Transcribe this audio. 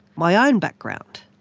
my own background.